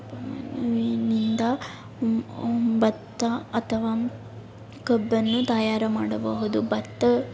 ಕಪ್ಪು ಮಣ್ಣಿನಿಂದ ಭತ್ತ ಅಥವಾ ಕಬ್ಬನ್ನು ತಯಾರು ಮಾಡಬಹುದು ಭತ್ತ